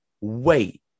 wait